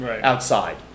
outside